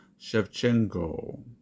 Shevchenko